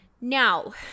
now